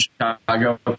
Chicago